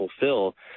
fulfill